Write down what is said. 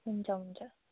हुन्छ हुन्छ